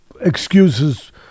excuses